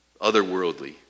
otherworldly